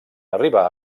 arribar